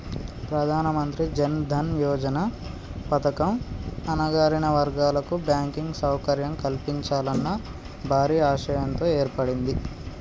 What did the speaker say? ప్రధానమంత్రి జన్ దన్ యోజన పథకం అణగారిన వర్గాల కు బ్యాంకింగ్ సౌకర్యం కల్పించాలన్న భారీ ఆశయంతో ఏర్పడింది